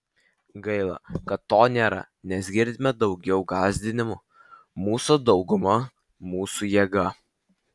gaila kad to nėra nes girdime daugiau gąsdinimų mūsų dauguma mūsų jėga